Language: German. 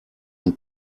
ein